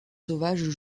sauvages